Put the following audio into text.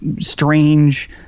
strange